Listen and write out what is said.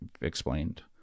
explained